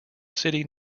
city